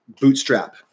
bootstrap